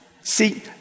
See